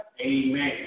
Amen